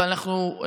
אבל אנחנו,